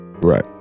right